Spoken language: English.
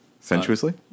Sensuously